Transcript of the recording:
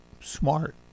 smart